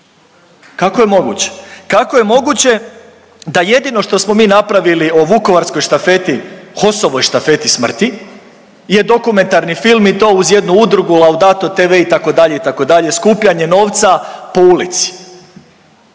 Kako je moguće? Kako je moguće da jedino što smo mi napravili o vukovarskoj štafeti, HOS-ovog štafeti smrti je dokumentarni film i to uz jednu udrugu Laudato tv itd., itd. Skupljanje novca po ulici.